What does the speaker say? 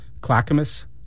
Clackamas